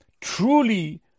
truly